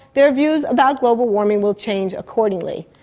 their views about global warming will change accordingly.